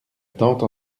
tante